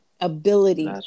ability